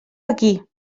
aquí